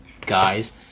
guys